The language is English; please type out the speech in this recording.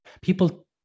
people